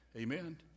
Amen